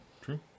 True